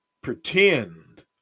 pretend